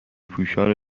پوشان